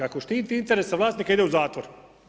Ako štiti interese vlasnika ide u zatvor.